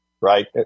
Right